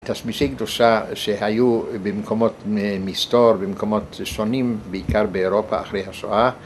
תשמישי קדושה שהיו במקומות מסתור, במקומות שונים, בעיקר באירופה אחרי השואה